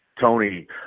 Tony